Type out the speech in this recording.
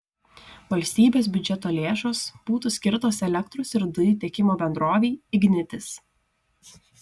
valstybės biudžeto lėšos būtų skirtos elektros ir dujų tiekimo bendrovei ignitis